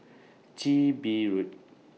Chin Bee Road